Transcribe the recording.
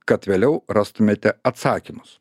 kad vėliau rastumėte atsakymus